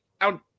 out